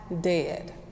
dead